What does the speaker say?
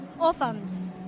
orphans